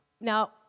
Now